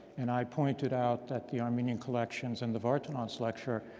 and i pointed out that the armenian collections and the vardanants lecture,